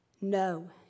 No